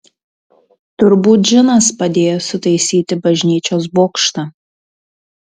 turbūt džinas padėjo sutaisyti bažnyčios bokštą